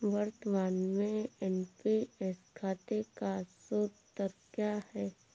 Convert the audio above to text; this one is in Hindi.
वर्तमान में एन.पी.एस खाते का सूद दर क्या है?